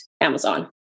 Amazon